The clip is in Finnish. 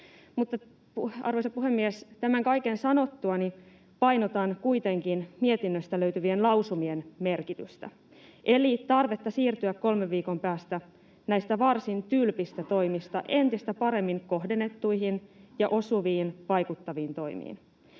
Arvoisa puhemies! Tämän kaiken sanottuani painotan kuitenkin mietinnöstä löytyvien lausumien merkitystä eli tarvetta siirtyä kolmen viikon päästä näistä varsin tylpistä toimista entistä paremmin kohdennettuihin ja osuviin, vaikuttaviin toimiin.